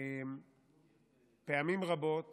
פעמים רבות